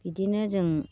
बिदिनो जों